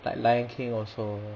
like lion king also